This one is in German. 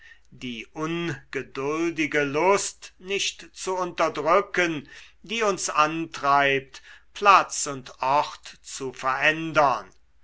die ungeduldige lust nicht zu unterdrücken die uns antreibt platz und ort zu verändern